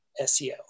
SEO